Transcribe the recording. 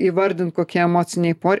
įvardint kokie emociniai por